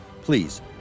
Please